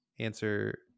Answer